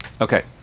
Okay